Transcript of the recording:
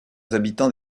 habitants